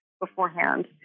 beforehand